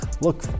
look